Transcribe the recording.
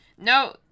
No